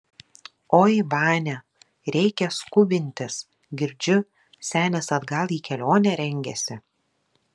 oi vania reikia skubintis girdžiu senis atgal į kelionę rengiasi